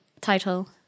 title